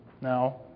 Now